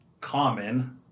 common